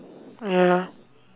ya